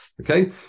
Okay